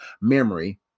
memory